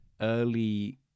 early